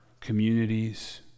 communities